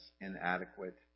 inadequate